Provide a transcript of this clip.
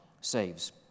saves